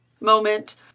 moment